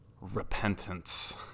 repentance